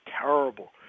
terrible